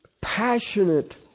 passionate